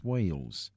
Wales